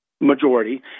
majority